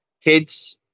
kids